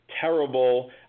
terrible